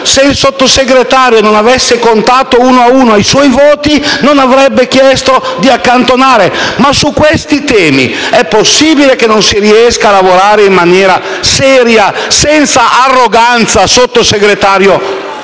Se il Sottosegretario non avesse contato uno a uno i suoi voti, non avrebbe chiesto l'accantonamento. Ma su questi temi è possibile che non si riesca a lavorare in maniera seria senza arroganza, onorevole